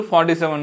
47